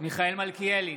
מיכאל מלכיאלי,